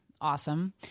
awesome